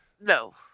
No